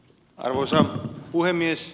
arvoisa puhemies